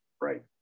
Right